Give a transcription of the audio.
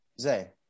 Zay